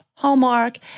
Hallmark